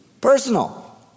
Personal